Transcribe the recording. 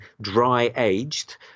dry-aged